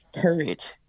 courage